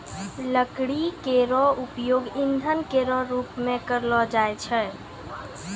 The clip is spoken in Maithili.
लकड़ी केरो उपयोग ईंधन केरो रूप मे करलो जाय छै